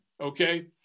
okay